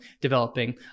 developing